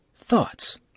Thoughts